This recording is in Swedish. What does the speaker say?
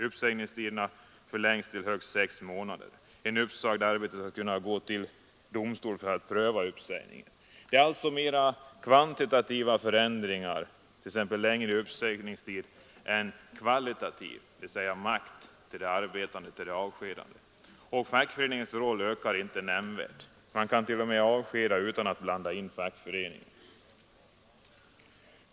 Uppsägningstiderna förlängs till högst 6 månader. En uppsagd arbetare skall kunna gå till domstol för att pröva uppsägningen. Det är alltså mer en kvantitativ förändring, t.ex. längre uppsägningstid, än en kvalitativ, dvs. makt för arbetarna att säga nej vid avskedanden. Fackföreningens roll ökar inte nämnvärt. Man kan t.o.m. avskeda utan att blanda in fackföreningen.